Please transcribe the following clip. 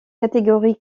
catégorie